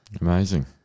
Amazing